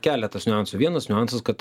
keletas niuansų vienas niuansas kad